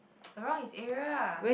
around his area ah